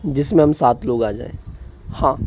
जिसमें हम सात लोग आ जाए हाँ